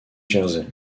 jersey